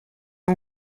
این